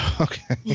okay